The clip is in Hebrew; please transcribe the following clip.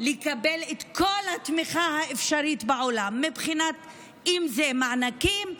לקבל את כל התמיכה האפשרית בעולם, אם זה מענקים,